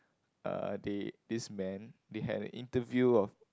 uh they this man they had an interview of